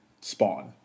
Spawn